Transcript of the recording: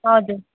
हजुर